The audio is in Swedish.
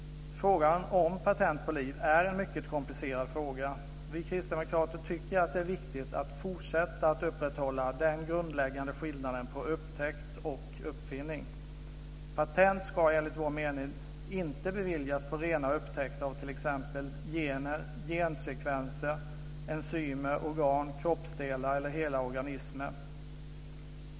Frågan om patent på liv är en mycket komplicerad fråga. Vi kristdemokrater tycker att det är viktigt att fortsätta att upprätthålla den grundläggande skillnaden mellan upptäckt och uppfinning. Patent ska enligt vår mening inte beviljas på rena upptäckter av t.ex. gener, gensekvenser, enzymer, organ, kroppsdelar eller hela organismer.